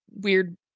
weird